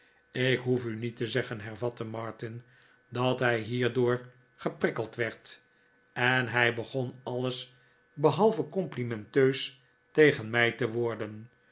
ik hoef u niet te zeggen hervatte martin dat hij hierdoor geprikkeld werd en hij begon alles behalve complimenteus tegen mij te worden